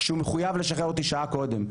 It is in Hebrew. שהוא מחויב לשחרר אותי שעה קודם,